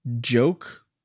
joke